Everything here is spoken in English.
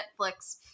Netflix